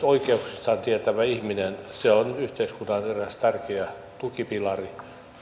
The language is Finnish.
oikeuksistaan tietävä ihminen se on yhteiskunnan eräs tärkeä tukipilari